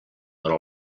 però